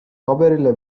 paberile